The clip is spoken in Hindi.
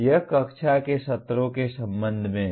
यह कक्षा के सत्रों के संबंध में है